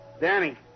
Danny